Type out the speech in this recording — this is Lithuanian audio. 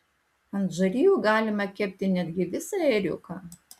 ant žarijų galima kepti netgi visą ėriuką